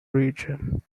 region